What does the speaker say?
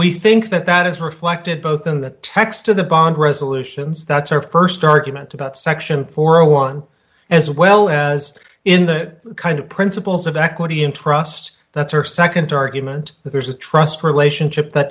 we think that that is reflected both in the text of the bond resolutions that's our st argument about section four a one as well as in the kind of principles of equity in trust that's our nd argument that there's a trust relationship that